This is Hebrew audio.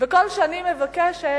וכל שאני מבקשת